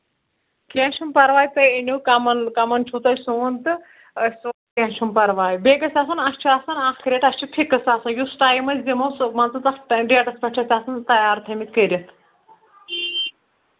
کیٚنٛہہ چھُنہٕ پَرواے تُہۍ أنِو کَمن کَمن چھُو تۄہہِ سُوُن تہٕ أسۍ کیٚنٛہہ چھُنہٕ پَرواے بیٚیہِ گژھِ آسُن اَسہِ چھُ آسان اَکھ ریٹ اَسہِ چھُ فِکٕس آسان یُس ٹایم أسۍ دِمو سُہ مان ژٕ تَتھ ڈیٹَس پٮ۪ٹھ چھِ اَسہِ آسان تیار تھٲمٕتۍ کٔرِتھ